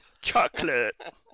chocolate